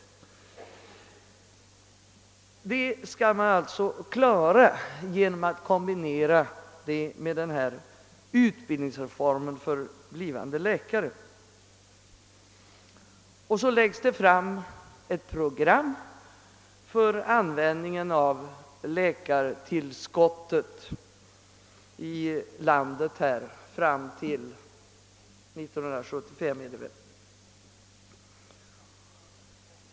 Detta skall alltså klaras genom att kombinera det med en utbildningsreform för blivande läkare. Så framläggs ett program för användningen av läkartillskottet i landet fram till 1975.